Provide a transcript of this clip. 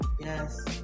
Yes